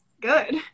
good